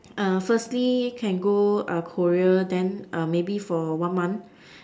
uh firstly can go uh Korea then uh maybe for one month